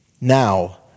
Now